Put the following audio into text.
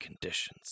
conditions